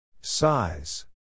Size